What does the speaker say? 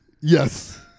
Yes